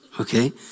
okay